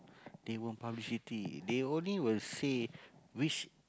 they won't publicity they only will say which